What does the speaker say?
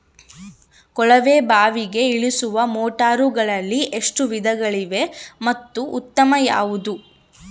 ಕೊಳವೆ ಬಾವಿಗೆ ಇಳಿಸುವ ಮೋಟಾರುಗಳಲ್ಲಿ ಎಷ್ಟು ವಿಧಗಳಿವೆ ಮತ್ತು ಉತ್ತಮ ಯಾವುದು?